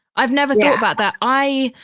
i've never thought about that. i.